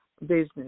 business